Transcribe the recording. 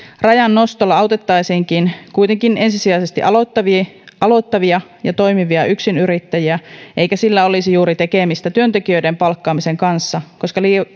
rajan nostolla autettaisiinkin kuitenkin ensisijaisesti aloittavia aloittavia ja toimivia yksinyrittäjiä eikä sillä olisi juuri tekemistä työntekijöiden palkkaamisen kanssa koska